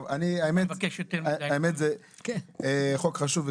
טוב, האמת זה חוק חשוב.